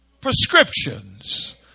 prescriptions